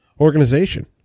organization